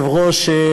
אדוני היושב-ראש,